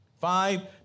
Five